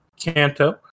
Canto